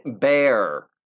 Bear